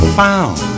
found